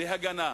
להגנה.